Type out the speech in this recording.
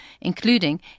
including